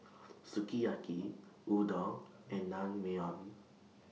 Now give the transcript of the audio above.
Sukiyaki Udon and Naengmyeon